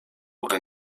oder